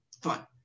Fine